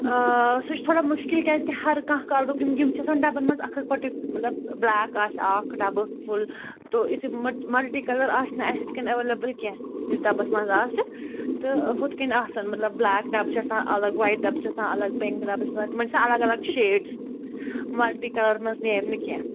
آ سُہ چھِ تھوڑا مُشکِل کیٛازِکہ ہر کانٛہہ یِم چھِ آسان ڈَبَن منٛز اَکھ اَکھ پَٹہٕ مطلب بِلیک آسہِ اَکھ ڈَبہٕ فُل تہٕ ملٹی کَلَر آسہِ نہٕ اَسہِ یِتھۍ کَنۍ اٮ۪ویلیبٕل کیٚنہہ یُس ڈَبَس منٛز آسہِ تہٕ ہُتھ کَنۍ آسَن مطلب بٕلیک ڈَبہٕ چھِ آسان الگ وایِٹ ڈَبہٕ چھِ آسان الگ پِنٛک ڈَبہٕ چھِ آسان تِمَن چھِ آسان الگ الگ شیڈٕز ملٹی کَلَر منٛز نیرِ نہٕ کیٚنہہ